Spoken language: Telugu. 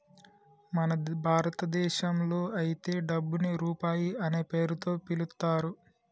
మన భారతదేశంలో అయితే డబ్బుని రూపాయి అనే పేరుతో పిలుత్తారు